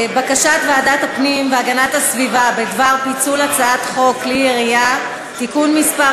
לוועדת החוקה, חוק ומשפט